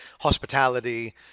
hospitality